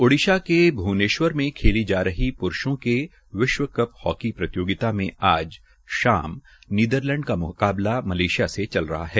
ओड़िशा के भ्वनेश्वर में खेलीजा रही प्रूषों के विश्व हाकी प्रतियोगिता में आज शमा नीदरलैंड का म्काबला मलेशिया से चल रहा है